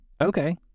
okay